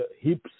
hips